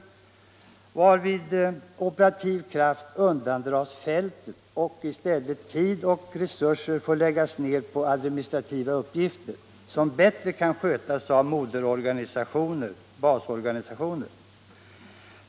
Därvid undandras operativ kraft fältet, och i stället får tid och resurser läggas ned på admi debatt och valutapolitisk debatt nistrativa uppgifter, som bättre kan skötas av moderorganisationer/basorganisalioner.